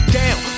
down